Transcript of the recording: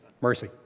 mercy